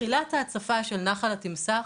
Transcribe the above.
תחילת ההצפה של נחל התמסח,